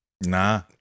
nah